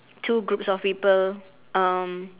two groups of people um